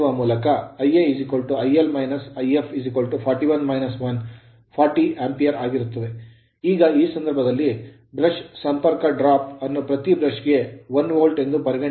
Ia IL - If 41 - 1 40 Ampere ampere ಆಗಿರುತ್ತದೆ ಈಗ ಈ ಸಂದರ್ಭದಲ್ಲಿ brush ಬ್ರಷ್ ಸಂಪರ್ಕ drop ಡ್ರಾಪ್ ಅನ್ನು ಪ್ರತಿ brush ಬ್ರಷ್ ಗೆ 1 ವೋಲ್ಟ್ ಎಂದು ಪರಿಗಣಿಸಿ